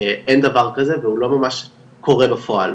אין דבר כזה והוא לא ממש קורה בפועל.